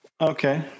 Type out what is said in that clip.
Okay